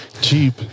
cheap